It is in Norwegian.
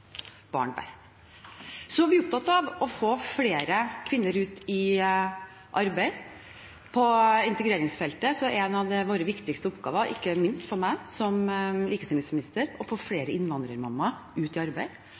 arbeid. På integreringsfeltet er en av våre viktigste oppgaver – ikke minst for meg som likestillingsminister – å få flere innvandrermammaer ut i arbeid.